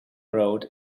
road